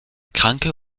kranke